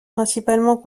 principalement